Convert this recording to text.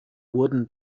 wurden